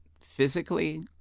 physically